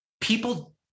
people